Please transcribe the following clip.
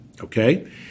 Okay